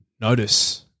notice –